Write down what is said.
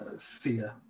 fear